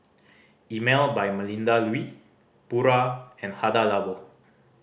Emel by Melinda Looi Pura and Hada Labo